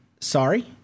sorry